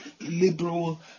liberal